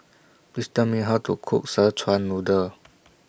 Please Tell Me How to Cook Szechuan Noodle